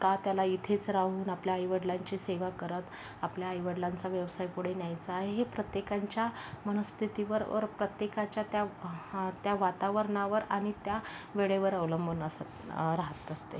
का त्याला इथेच राहून आपल्या आईवडिलांची सेवा करत आपल्या आईवडिलांचा व्यवसाय पुढे न्यायचा आहे हे प्रत्येकाच्या मन स्थिति वर वर प्रत्येकाच्या त्या त्या वातावरणावर आणि त्या वेळेवर अवलंबून असत राहत असते